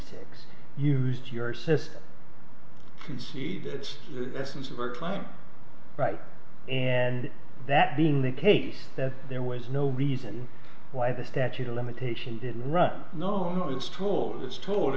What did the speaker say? six used to your system concede that it's essence of our time right and that being the case that there was no reason why the statute of limitations didn't run no it was tools just told